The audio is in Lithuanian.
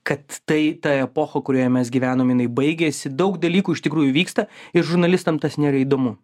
kad tai ta epocha kurioje mes gyvenom jinai baigėsi daug dalykų iš tikrųjų vyksta ir žurnalistam tas nėra įdomu